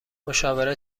مشاوره